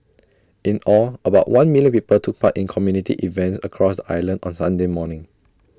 in all about one million people took part in community events across the island on Sunday morning